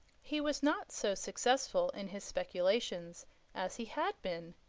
he was not so successful in his speculations as he had been,